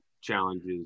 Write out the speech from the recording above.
challenges